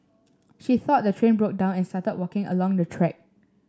she thought the train broke down and started walking along the track